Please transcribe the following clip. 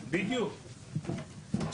--- לימור, מה הבעיה?